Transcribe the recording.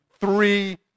three